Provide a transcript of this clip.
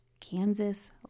Kansas